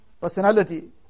personality